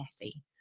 messy